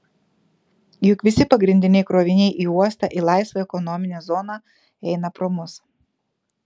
juk visi pagrindiniai kroviniai į uostą į laisvąją ekonominę zoną eina pro mus